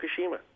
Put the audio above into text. Fukushima